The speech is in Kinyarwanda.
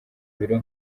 biro